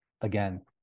again